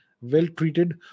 well-treated